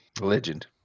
legend